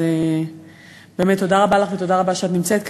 אז באמת תודה רבה לך ותודה רבה שאת נמצאת כאן.